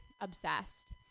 obsessed